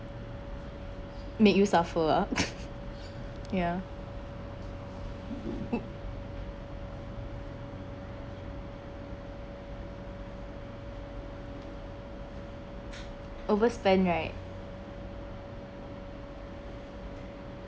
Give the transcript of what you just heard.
make you suffer ah ya overspend right